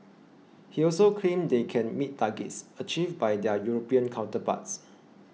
he also claimed they can meet targets achieved by their European counterparts